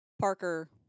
Parker